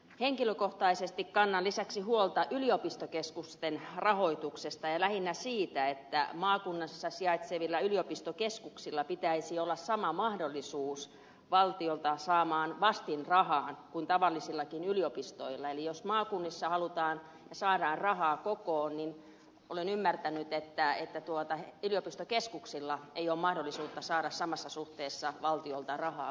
henkilökohtaisesti kannan lisäksi huolta yliopistokeskusten rahoituksesta ja lähinnä siitä että maakunnassa sijaitsevilla yliopistokeskuksilla pitäisi olla sama mahdollisuus valtiolta saatavaan vastinrahaan kuin tavallisillakin yliopistoilla eli jos maakunnissa halutaan ja saadaan rahaa kokoon niin olen ymmärtänyt että yliopistokeskuksilla ei ole mahdollisuutta saada samassa suhteessa valtiolta rahaa kuin yliopistoilla